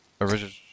original